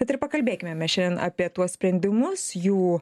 tad ir pakalbėkime mes šiandien apie tuos sprendimus jų